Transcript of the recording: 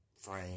frame